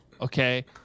Okay